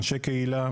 אנשי קהילה,